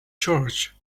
church